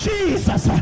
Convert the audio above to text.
Jesus